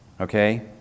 Okay